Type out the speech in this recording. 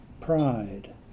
pride